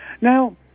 Now